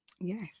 Yes